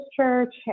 church